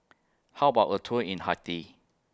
How about A Tour in Haiti